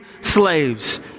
slaves